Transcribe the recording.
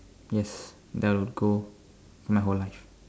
yes they'll go in my whole life